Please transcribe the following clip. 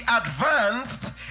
advanced